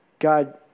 God